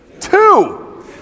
two